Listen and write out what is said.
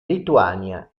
lituania